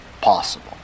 possible